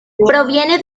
proviene